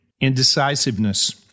indecisiveness